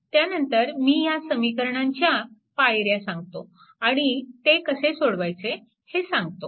त्यानंतर मी ह्या समीकरणांच्या पायऱ्या सांगतो आणि ते कसे सोडवायचे हे सांगतो